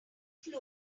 flue